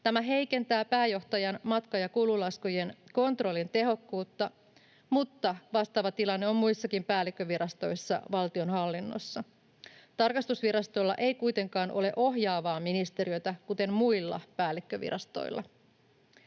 Tämä heikentää pääjohtajan matka- ja kululaskujen kontrollin tehokkuutta, mutta vastaava tilanne on muissakin päällikkövirastoissa valtionhallinnossa. Tarkastusvirastolla ei kuitenkaan ole ohjaavaa ministeriötä, kuten muilla päällikkövirastoilla.